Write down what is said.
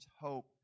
hope